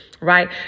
right